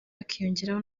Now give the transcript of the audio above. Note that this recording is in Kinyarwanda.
hakiyongeraho